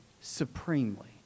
supremely